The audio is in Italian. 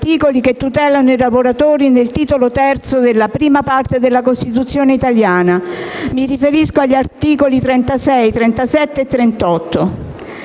che tutelano i lavoratori nel Titolo III della Parte I della Costituzione italiana: mi riferisco agli articoli 36, 37 e 38.